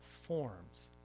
Forms